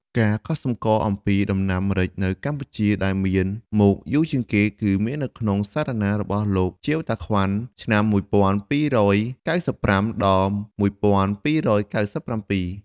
ការកត់សម្គាល់ អំពីដំណាំម្រេចនៅកម្ពុជា ដែលមានមកយូរជាងគេ គឺមាននៅក្នុងសារណារបស់លោក ជីវតាក្វាន់ ឆ្នាំ ១២៩៥ ដល់ ១២៩៧។